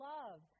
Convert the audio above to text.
Love